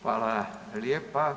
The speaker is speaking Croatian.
Hvala lijepa.